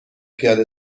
پیاده